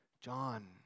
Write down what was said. John